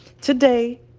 Today